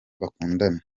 bakundana